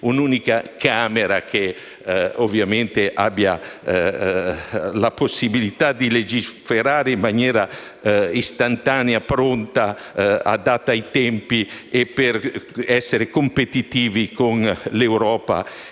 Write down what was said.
un'unica Camera che, ovviamente, abbia la possibilità di legiferare in maniera istantanea, pronta, adatta ai tempi e per essere competitivi con l'Europa